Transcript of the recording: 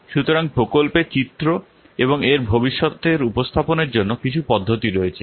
সুতরাং প্রকল্পের চিত্র এবং এর ভবিষ্যতের উপস্থাপনের জন্য কিছু পদ্ধতি রয়েছে